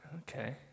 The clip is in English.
Okay